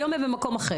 היום הם במקום אחר.